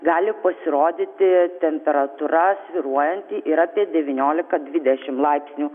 gali pasirodyti temperatūra svyruojanti ir apie devyniolika dvidešimt laipsnių